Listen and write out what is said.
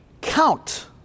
count